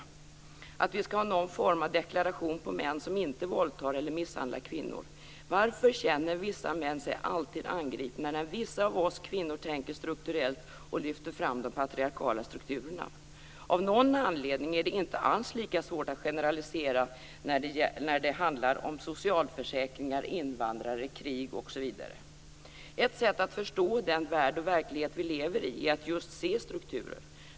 Handlar det om att vi skall ha någon form av deklaration på män som inte våldtar eller misshandlar kvinnor? Varför känner vissa män sig alltid angripna när vissa av oss kvinnor tänker strukturellt och lyfter fram de patriarkala strukturerna? Av någon anledning är det inte alls lika svårt att generalisera när det handlar om socialförsäkringar, invandrare, krig osv. Ett sätt att förstå den värld och den verklighet som vi lever i är att just se strukturer.